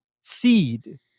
seed